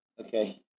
Okay